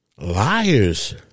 liars